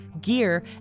gear